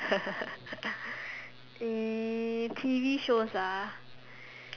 uh T_V shows lah